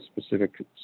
specific